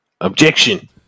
Objection